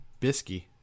Bisky